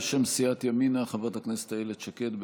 בשם סיעת ימינה, חברת הכנסת איילת שקד.